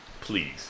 Please